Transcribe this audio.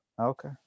Okay